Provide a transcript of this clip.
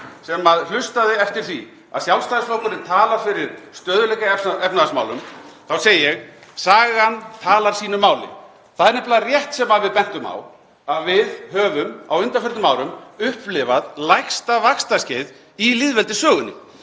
sem hlustaði eftir því að Sjálfstæðisflokkurinn hefði talað fyrir stöðugleika í efnahagsmálum þá segi ég: Sagan talar sínu máli. Það er nefnilega rétt, sem við bentum á, að við höfum á undanförnum árum upplifað lægsta vaxtaskeið í lýðveldissögunni.